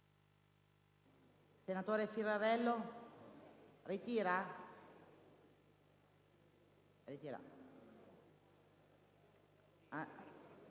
senatore Firrarello a ritirare